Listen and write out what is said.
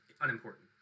unimportant